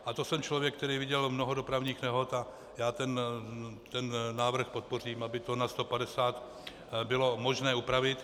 A to jsem člověk, který viděl mnoho dopravních nehod, a já ten návrh podpořím, aby to na 150 bylo možné upravit.